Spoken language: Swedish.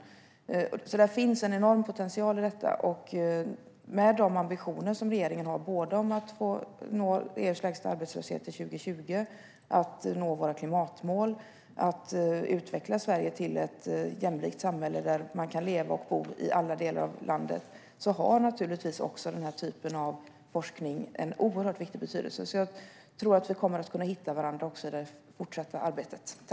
Det finns en enorm potential i detta, och för de ambitioner som regeringen har om att nå EU:s lägsta arbetslöshet till 2020, att nå klimatmålen och att utveckla Sverige till ett jämlikt samhälle där man kan arbeta och bo i alla delar av landet har den här typen av forskning oerhört stor betydelse. Jag tror alltså att vi kommer att kunna finna varandra också i det fortsätta arbetet.